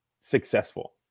successful